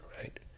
right